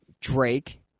Drake